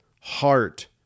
heart